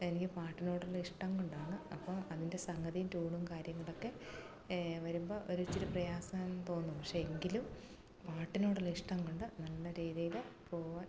എനിക്ക് പാട്ടിനോടുള്ള ഇഷ്ടംകൊണ്ടാണ് അപ്പം അതിൻ്റെ സംഗതിയും ട്യൂണും കാര്യങ്ങളുമൊക്കെ വരുമ്പോൾ ഒരിച്ചിരി പ്രയാസം തോന്നും പക്ഷെ എങ്കിലും പാട്ടിനോടുള്ള ഇഷ്ടംകൊണ്ട് നല്ലരീതിയിൽ പോകാൻ